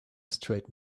straight